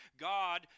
God